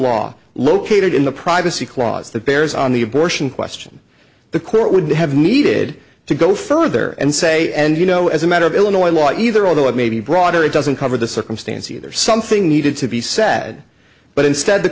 law located in the privacy clause it bears on the abortion question the court would have needed to go further and say and you know as a matter of illinois law either although it may be broader it doesn't cover the circumstance either something needed to be said but instead